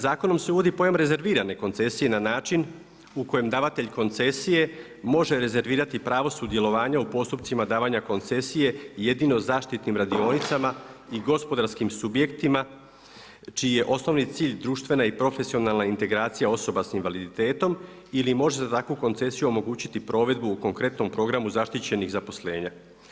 Zakonom se uvodi pojam rezervirane koncesije na način u kojem davatelj koncesije može rezervirati pravo sudjelovanja u postupcima davanja koncesije jedino zaštitnim radionicama i gospodarskim subjektima čiji je osnovni cilj društvena i profesionalna integracija osoba s invaliditetom ili se može za takvu koncesiju omogućiti provedbu u konkretnom programu zaštićenih zaposlenja.